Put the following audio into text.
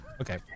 Okay